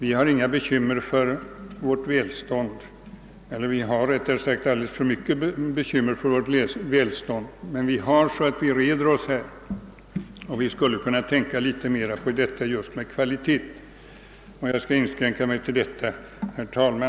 Vi har inga bekymmer för vårt välstånd — eller rättare sagt: vi har alldeles för mycket sådana bekymmer. Men vi har så att vi reder oss här, och vi skulle kunna tänka litet mera just på detta med kvalitet. Jag skall inskränka mig till detta, herr talman.